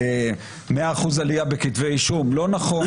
100% עלייה בכתבי אישום, לא נכון.